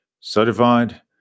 certified